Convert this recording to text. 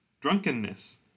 drunkenness